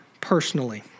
Personally